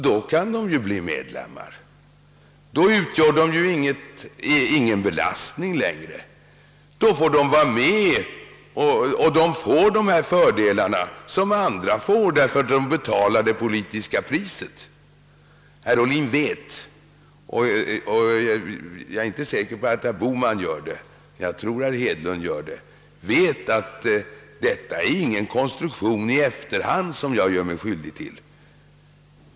Då kan de: bli medlemmar ty då utgör de ju inte längre någon belastning, då kan de vara med och får då också samma fördelar som de andra, därför att de betalar det politiska priset. Herr Ohlin vet liksom troligen också herr Hedlund — om herr Bohman vet det är osäkert — att detta inte är någon konstruktion i efterhand som jag gör mig skyldig till.